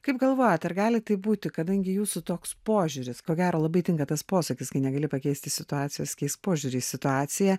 kaip galvojat ar gali taip būti kadangi jūsų toks požiūris ko gero labai tinka tas posakis kai negali pakeisti situacijos keisk požiūrį į situaciją